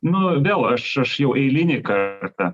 nu vėl aš aš jau eilinį kartą